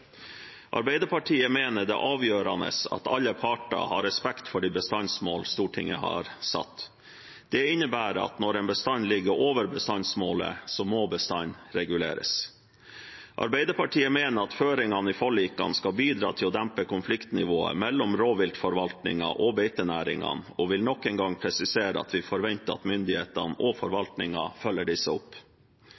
Arbeiderpartiet mener det er avgjørende at alle parter har respekt for de bestandsmålene Stortinget har satt. Det innebærer at når en bestand ligger over bestandsmålet, må bestanden reguleres. Arbeiderpartiet mener at føringene i forlikene skal bidra til å dempe konfliktnivået mellom rovviltforvaltningen og beitenæringene, og vil nok en gang presisere at vi forventer at myndighetene og